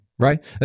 Right